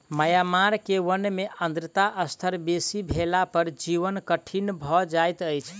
Myanmar के वन में आर्द्रता स्तर बेसी भेला पर जीवन कठिन भअ जाइत अछि